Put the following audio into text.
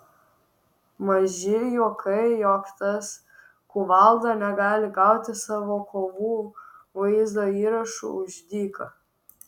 maži juokai jog tas kuvalda negali gauti savo kovų vaizdo įrašų už dyką